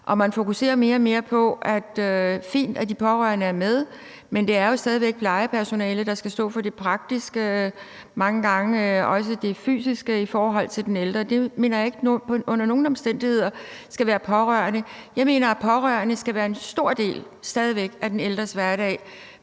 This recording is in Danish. i ældreplejen. Det er fint, at de pårørende er med, men det er jo stadig væk plejepersonalet, der skal stå for det praktiske og mange gange også det fysiske i forhold til de ældre, og det mener jeg ikke under nogen omstændigheder skal være de pårørendes opgave. Jeg mener, at pårørende stadig væk skal være en stor del af de ældres hverdag,